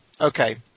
Okay